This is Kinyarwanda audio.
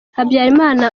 habyarimana